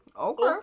Okay